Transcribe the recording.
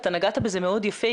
אתה נגעת בזה מאוד יפה,